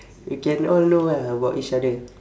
we can all know ah about each other